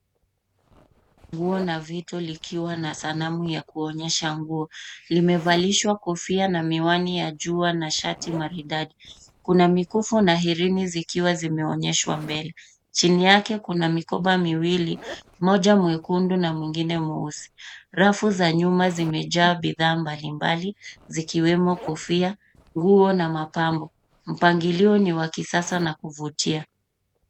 Nguo na vito likiwa na sanamu ya kuonyesha nguo. Limevalishwa kofia na miwani ya jua na shati maridadi. Kuna mikufu na herini zikiwa zimeonyeshwa mbele chini yake kuna mikoba miwili moja mwekundu na mwingine mweusi. Rafu za nyuma zimejaa bidhaa mbalimbali zikiwemo kofia nguo na mapambo. Mpangilio ni wa kisasa na kuvutia.